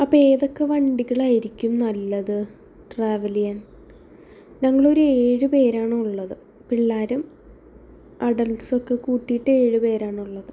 അപ്പോൾ ഏതൊക്കെ വണ്ടികളായിരിക്കും നല്ലത് ട്രാവൽ ചെയ്യാൻ ഞങ്ങളൊരു ഏഴുപേരാണുള്ളത് പിള്ളേരും അഡൾസു ഒക്കെ കൂട്ടീട്ട് ഏഴുപേരാണുള്ളത്